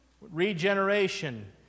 Regeneration